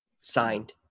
signed